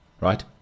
right